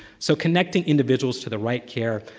so connecting individuals to the right care,